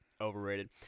Overrated